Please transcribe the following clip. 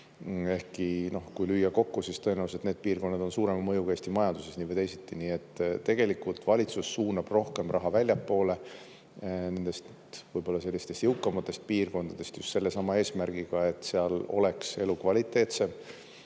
ehkki, kui lüüa kokku, siis tõenäoliselt need piirkonnad on suurema mõjuga Eesti majanduses nii või teisiti. Nii et tegelikult valitsus suunab rohkem raha väljapoole nendest võib-olla sellistest jõukamatest piirkondadest just sellesama eesmärgiga, et seal oleks elu kvaliteetsem.